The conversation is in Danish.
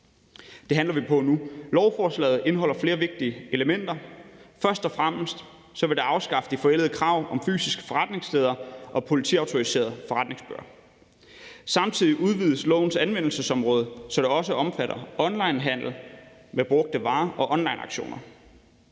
Det handler vi på nu. Lovforslaget indeholder flere vigtige elementer. Først og fremmest vil det afskaffe det forældede krav om fysiske forretningssteder og politiautoriserede forretningsbøger. Samtidig udvides lovens anvendelsesområde, så det også omfatter onlinehandel med brugte varer og onlineauktioner.